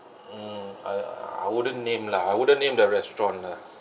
mm I I wouldn't name lah I wouldn't name the restaurant lah